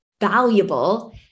valuable